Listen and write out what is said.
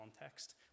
context